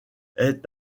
est